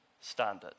standard